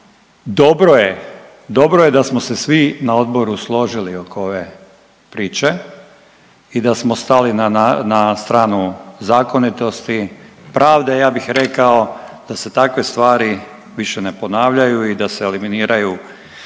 dobro je da smo se svi na odboru složili oko ove priče i da smo stali na stranu zakonitosti, pravde ja bih rekao da se takve stvari više ne ponavljaju i da se eliminiraju